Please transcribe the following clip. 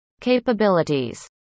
capabilities